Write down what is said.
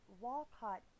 Walcott